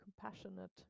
compassionate